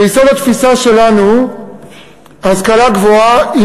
ביסוד התפיסה שלנו ההשכלה הגבוהה היא